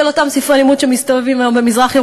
של אותם ספרי לימוד שמסתובבים היום במזרח-ירושלים,